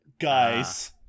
guys